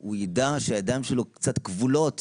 הוא ידע שהידיים שלו קצת כבולות,